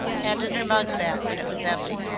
handing her mug back when it was empty.